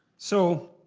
so,